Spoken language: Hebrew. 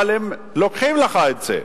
אבל הם לוקחים לך את זה.